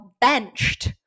benched